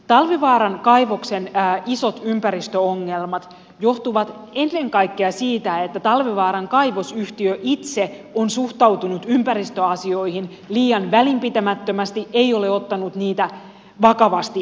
talvivaaran kaivoksen isot ympäristöongelmat johtuvat ennen kaikkea siitä että talvivaaran kaivosyhtiö itse on suhtautunut ympäristöasioihin liian välinpitämättömästi ei ole ottanut niitä vakavasti